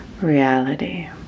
reality